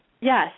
Yes